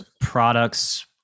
products